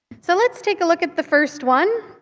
so let's take a look at the first one,